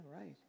right